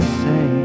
say